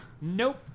Nope